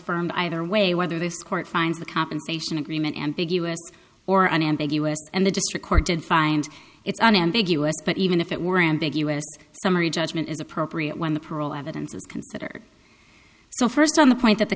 affirmed either way whether this court finds the compensation agreement ambiguous or unambiguous and the district court did find it an ambiguous but even if it were ambiguous summary judgment is appropriate when the parole evidence is considered so first on the point that the